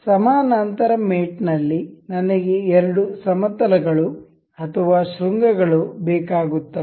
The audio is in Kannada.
ಸಮಾನಾಂತರ ಮೇಟ್ ನಲ್ಲಿ ನನಗೆ ಎರಡು ಸಮತಲಗಳು ಅಥವಾ ಶೃಂಗಗಳು ಬೇಕಾಗುತ್ತವೆ